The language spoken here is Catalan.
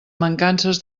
mancances